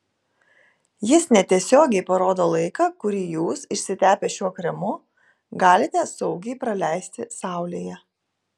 jis netiesiogiai parodo laiką kurį jūs išsitepę šiuo kremu galite saugiai praleisti saulėje